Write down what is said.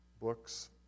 books